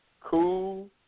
cool